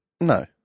No